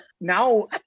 now